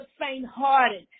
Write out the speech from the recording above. faint-hearted